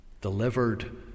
Delivered